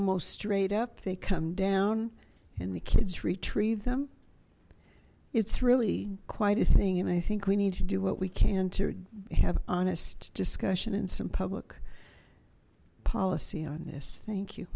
almost straight up they come down and the kids retrieve them it's really quite a thing and i think we need to do what we can to have honest discussion and some public policy on this thank you